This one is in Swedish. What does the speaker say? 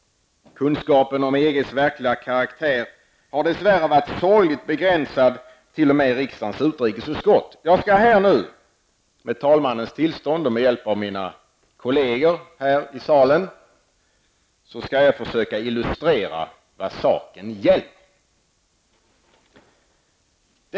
Kunskapen om EGs verkliga karaktär har dess värre varit sorgligt begränsad t.o.m. i riksdagens utrikesutskott. Jag skall nu här, med talmannens tillstånd och med hjälp av mina kolleger i salen, försöka illustrera vad saken gäller.